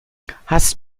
hast